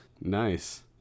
Nice